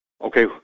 okay